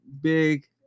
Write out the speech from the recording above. big